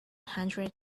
hundred